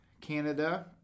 Canada